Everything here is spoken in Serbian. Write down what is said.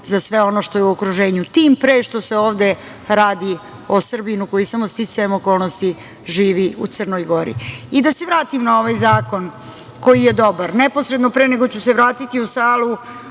za sve ono što je u okruženju, tim pre što se ovde radi o Srbinu koji samo sticajem okolnosti živi u Crnoj Gori. Da se vratim na ovaj zakon koji je dobar. Neposredno pre nego ću se vratiti u salu,